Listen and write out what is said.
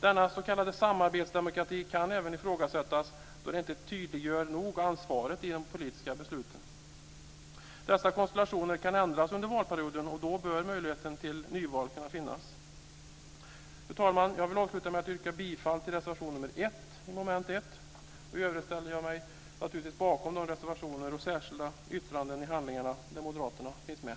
Denna s.k. samarbetsdemokrati kan även ifrågasättas då den inte tillräckligt noga tydliggör ansvaret i de politiska besluten. Dessa konstellationer kan ändras under valperioden. Då bör möjligheten till nyval finnas. Fru talman! Jag vill avsluta med att yrka bifall till reservation nr 1 under mom. 1. I övrigt står jag naturligtvis bakom de reservationer och särskilda yttranden i handlingarna där Moderaterna finns med.